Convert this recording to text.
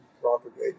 propagate